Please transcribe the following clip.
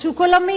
יש שוק עולמי,